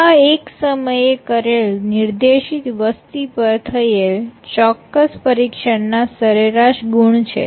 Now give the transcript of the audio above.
આ એક સમયે કરેલ નિર્દેશીત વસ્તી પર થયેલ ચોક્કસ પરીક્ષણ ના સરેરાશ ગુણ છે